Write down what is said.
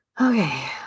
Okay